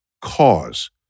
cause